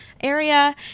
area